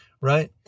Right